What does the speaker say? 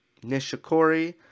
Nishikori